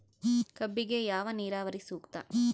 ಕಬ್ಬಿಗೆ ಯಾವ ನೇರಾವರಿ ಸೂಕ್ತ?